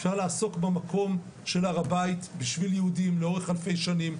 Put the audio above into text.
אפשר לעסוק במקום של הר הבית בשביל יהודים לאורך אלפי שנים.